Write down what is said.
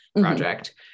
project